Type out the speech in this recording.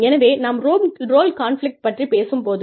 எனவே நாம் role conflict பற்றிப் பேசும் போது